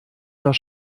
das